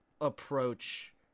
approach